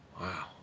Wow